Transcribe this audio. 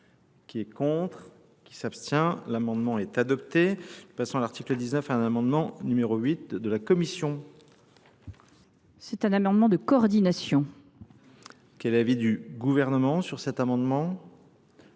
Qui est contre ? Qui s'abstient ? L'amendement est adopté. Passons à l'article 19, un amendement numéro 8 de la Commission. C'est un amendement de coordination. Quel est l'avis du gouvernement sur cet amendement ?